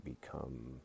become